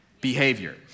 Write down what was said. behavior